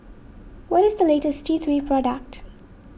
what is the latest T three product